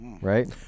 Right